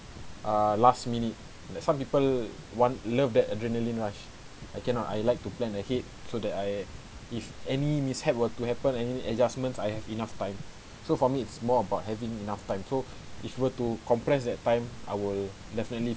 ah last minute like some people want love that adrenaline rush I cannot I like to plan ahead so that I if any mishap were to happen any adjustment I have enough time so for me it's more about having enough time so if were to compress that time I will definitely